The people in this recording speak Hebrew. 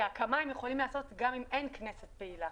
הקמה הם יכולים לעשות גם אם אין כנסת פעילה,